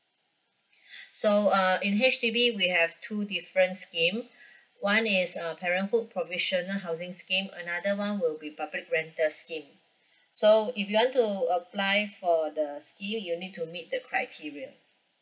so uh in H_D_B we have two different scheme one is uh parenthood provisional housing scheme another one will be public rental scheme so if you want to apply for the scheme you'll need to meet the criteria